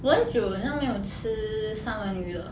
我很久好像没有吃三文鱼了